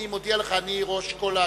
אני ראש כל האגודות.